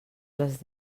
les